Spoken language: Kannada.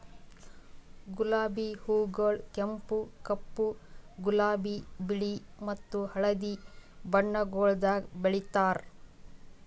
ಗುಲಾಬಿ ಹೂಗೊಳ್ ಕೆಂಪು, ಕಪ್ಪು, ಗುಲಾಬಿ, ಬಿಳಿ ಮತ್ತ ಹಳದಿ ಬಣ್ಣಗೊಳ್ದಾಗ್ ಬೆಳೆತಾರ್